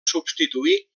substituir